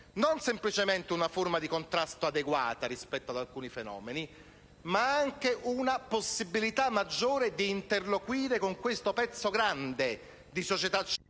non semplicemente una forma di contrasto adeguata rispetto ad alcuni fenomeni, ma una maggiore possibilità di interloquire con questo pezzo grande di società civile